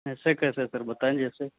ایسے کیسے سر بتائیں جیسے